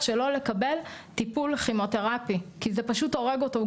לא לקבל טיפול כימותרפי כי זה פשוט הורג אותו,